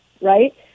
right